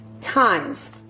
times